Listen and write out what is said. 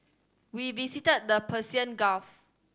we visited the Persian Gulf